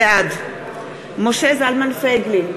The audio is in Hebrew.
בעד משה זלמן פייגלין,